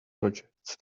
projects